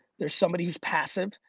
there's somebody who's passive,